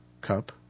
cup